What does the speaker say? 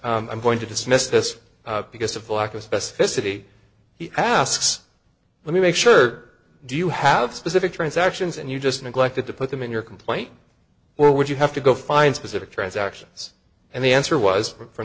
i'm going to dismiss this because of lack of specificity he asks let me make sure do you have specific transactions and you just neglected to put them in your complaint or would you have to go find specific transactions and the answer was from